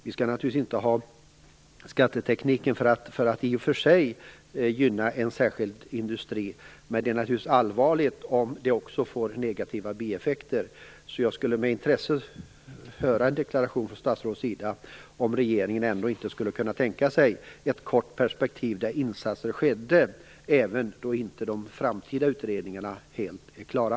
Vi skall naturligtvis inte använda skattetekniken för att gynna en särskild industri. Men det är naturligtvis allvarligt om det också får negativa bieffekter. Jag skulle därför med intresse höra en deklaration från statsrådets sida om regeringen inte skulle kunna tänka sig ett kort perspektiv där insatser sker även om inte de framtida utredningarna är helt klara.